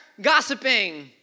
gossiping